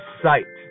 sight